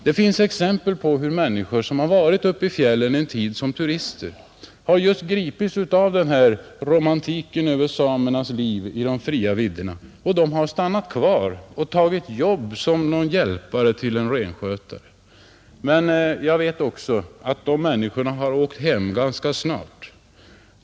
Det finns exempel på hur människor efter en tids vistelse i fjällen som turister har gripits just av romantiken i samernas liv på de fria vidderna och stannat för att arbeta som hjälpare åt någon renskötare, men jag vet också att dessa människor har åkt hem ganska snart.